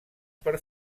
per